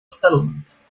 settlement